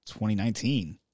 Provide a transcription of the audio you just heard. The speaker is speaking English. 2019